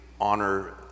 honor